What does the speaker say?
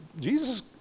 Jesus